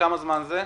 כמה זמן זה?